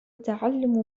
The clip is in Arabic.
تعلم